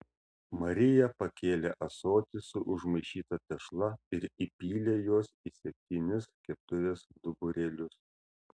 marija pakėlė ąsotį su užmaišyta tešla ir įpylė jos į septynis keptuvės duburėlius